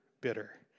bitter